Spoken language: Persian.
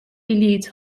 بلیط